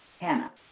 Hannah